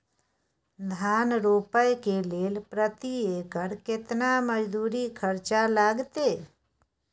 धान रोपय के लेल प्रति एकर केतना मजदूरी खर्चा लागतेय?